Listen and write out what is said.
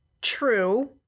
True